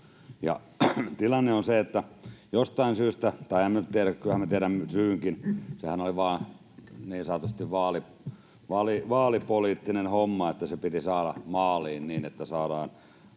tilanne on se, että jostain syystä — tai kyllähän minä tiedän syynkin, sehän oli vain niin sanotusti vaalipoliittinen homma, että se piti saada maaliin, niin että saadaan